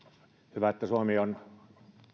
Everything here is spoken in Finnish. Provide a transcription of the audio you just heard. hyvä että suomi on